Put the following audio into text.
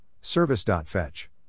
Service.fetch